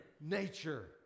nature